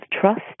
trust